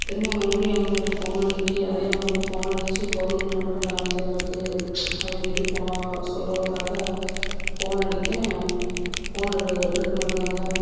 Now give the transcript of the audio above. திரும்ப மறுபடியும் அவங்க கிட்ட போன் அடிக்கி அதே நம்பருக்கு ஃபோன் அடிச்சு பொருள் ரொம்ப டேமேஜ்ஜாக இருக்கு அப்படின்னு சொல்லி போ சொல்லுறதுக்காக ஃபோன் அடிக்கேன் ஃபோன் எடு எடுக்க மாட்டுக்காங்க